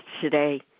Today